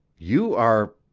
you are